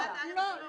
לא.